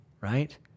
right